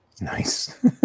Nice